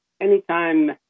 anytime